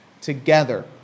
together